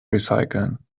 recyceln